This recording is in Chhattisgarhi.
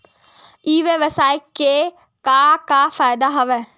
ई व्यवसाय के का का फ़ायदा हवय?